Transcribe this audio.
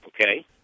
Okay